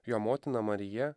jo motina marija